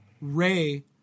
Ray